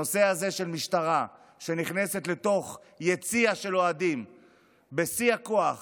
הנושא הזה של משטרה שנכנסת לתוך יציע של אוהדים בשיא הכוח